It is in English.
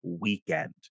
weekend